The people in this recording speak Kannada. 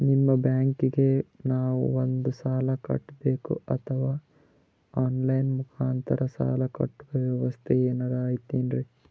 ನಿಮ್ಮ ಬ್ಯಾಂಕಿಗೆ ನಾವ ಬಂದು ಸಾಲ ಕಟ್ಟಬೇಕಾ ಅಥವಾ ಆನ್ ಲೈನ್ ಮುಖಾಂತರ ಸಾಲ ಕಟ್ಟುವ ವ್ಯೆವಸ್ಥೆ ಏನಾರ ಐತೇನ್ರಿ?